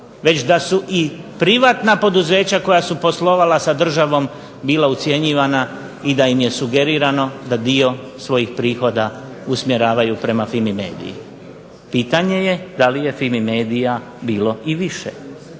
već da su i privatna poduzeća koja su poslovala sa državom bila ucjenjivanja i da im je sugerirano da dio svojih prihoda usmjeravaju prema FIMI MEDIA-i. Pitanje je da li je FIMI MEDIA bilo i više